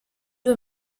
due